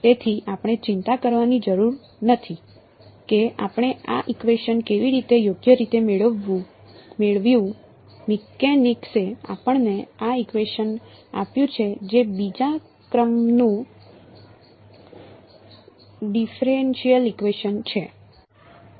તેથી આપણે ચિંતા કરવાની જરૂર નથી કે આપણે આ ઇકવેશન કેવી રીતે યોગ્ય રીતે મેળવ્યું મિકેનિક્સે આપણને આ ઇકવેશન આપ્યું છે જે બીજા ક્રમનું ડિફરેનશીયલ ઇકવેશન છે